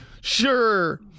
sure